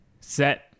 set